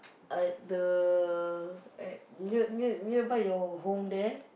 at the at near near nearby your home there